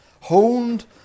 honed